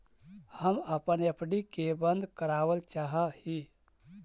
हम अपन एफ.डी के बंद करावल चाह ही